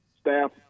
staff